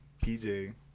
PJ